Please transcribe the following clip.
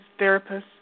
therapists